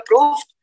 approved